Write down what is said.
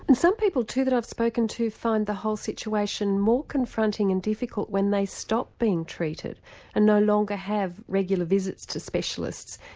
and some people too that i've spoken to find the whole situation more confronting and difficult when they stop being treated and no longer have regular visits to specialists.